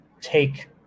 take